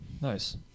Nice